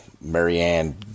Marianne